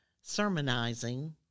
sermonizing